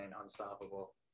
unstoppable